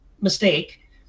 mistake